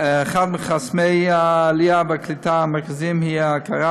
אחד מחסמי העלייה והקליטה המרכזיים הוא ההכרה